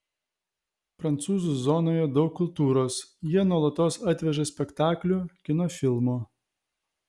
prancūzų zonoje daug kultūros jie nuolatos atveža spektaklių kino filmų